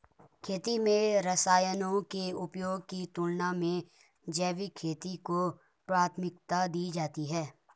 खेती में रसायनों के उपयोग की तुलना में जैविक खेती को प्राथमिकता दी जाती है